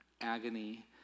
agony